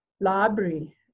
library